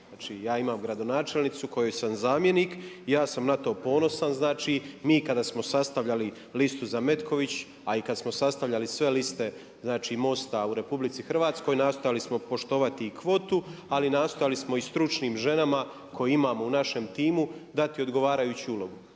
ja imam gradonačelnicu kojoj sam zamjenik i ja sam na to ponosan. Znači, mi kada smo sastavljali listu za Metković, a i kad smo sastavljali sve liste, znači MOST-a u RH nastojali smo poštovati i kvotu, ali nastojali smo i stručnim ženama koje imamo u našem timu dati odgovarajuću ulogu.